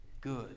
good